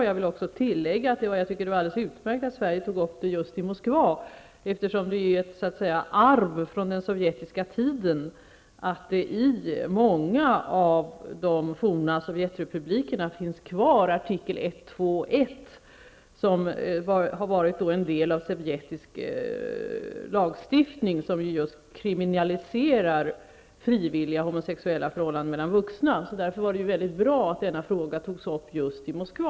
Jag vill också tillägga att jag tycker det var alldeles utmärkt att Sverige tog upp frågan just i Moskva, eftersom det är ett så att säga arv från den sovjetiska tiden, att det i många av de forna sovjetrepublikerna finns kvar en artikel 121, som har varit en del av sovjetisk lagstiftning och som kriminaliserar frivilliga homosexuella förhållanden mellan vuxna. Därför var det väldigt bra att denna fråga togs upp just i Moskva.